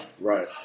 Right